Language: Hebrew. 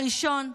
הראשון,